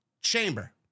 Chamber